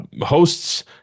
hosts